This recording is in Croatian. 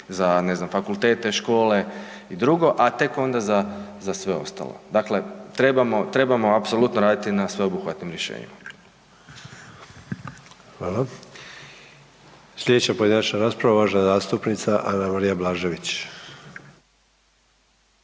za fakultete, škole i drugo, a tek onda za sve ostalo. Dakle, trebamo apsolutno raditi na sveobuhvatnim rješenjima. **Sanader, Ante (HDZ)** Hvala. Sljedeća pojedinačna rasprava uvažena zastupnika Anamarija Blažević.